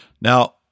Now